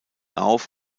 auf